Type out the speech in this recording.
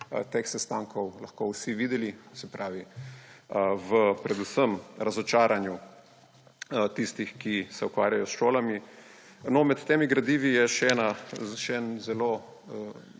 teh sestankov lahko vsi videli, se pravi predvsem v razočaranju tistih, ki se ukvarjajo s šolami. Med temi gradivi je še zanimiv